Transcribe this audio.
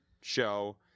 show